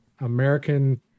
American